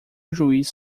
juiz